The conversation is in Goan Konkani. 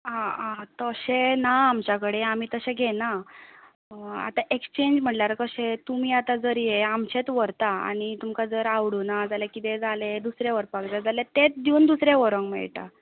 आं आं तशें ना आमच्या कडेन आमी तशे घेनात आतां एक्सचेंज म्हणल्यार कशे तुमी आतां जर हें आमचेंच व्हरता आनी तुमकां जर आवडुंकना जाल्यार कितें जालें दुसरें व्हरपाक जाय जाल्यार तेंच दिवन दुसरें व्हरूंक मेळटा